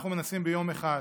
אנחנו מנסים ביום אחד,